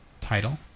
title